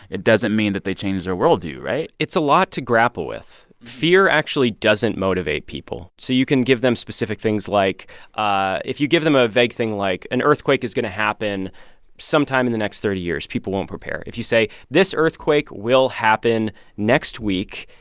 it doesn't mean that they change their worldview, right? it's a lot to grapple with. fear actually doesn't motivate people. so you can give them specific things like ah if you give them a vague thing like an earthquake is going to happen sometime in the next thirty years, people won't prepare. if you say, this earthquake will happen next week,